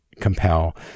compel